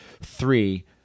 three